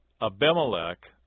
Abimelech